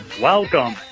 Welcome